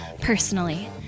personally